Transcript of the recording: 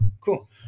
cool